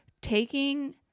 taking